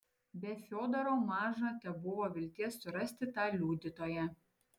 be fiodoro maža tebuvo vilties surasti tą liudytoją